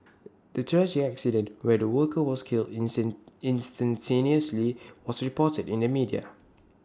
the tragic accident where the worker was killed instantaneously was reported in the media